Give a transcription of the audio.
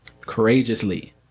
courageously